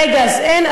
רגע, אז אין?